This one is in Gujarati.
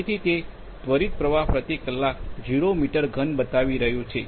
તેથી તે ત્વરિત પ્રવાહ પ્રતિ કલાક 0 મીટર ઘન બતાવી રહ્યું છે